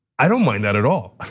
i don't mind that at all.